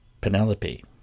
Penelope